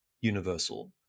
universal